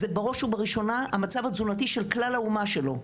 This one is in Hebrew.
זה בראש ובראשונה המצב התזונתי של כלל האומה שלו.